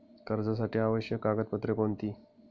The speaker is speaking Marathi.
कर्जासाठी आवश्यक कागदपत्रे कोणती?